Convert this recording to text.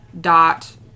dot